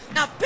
Now